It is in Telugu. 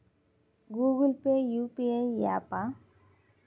గూగుల్ పే యూ.పీ.ఐ య్యాపా?